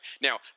Now